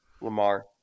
Lamar